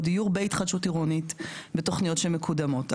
דיור בהתחדשות עירונית בתוכניות שמקודמות.